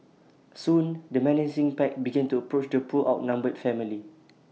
soon the menacing pack began to approach the poor outnumbered family